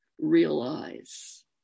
realize